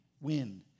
win